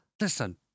listen